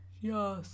Yes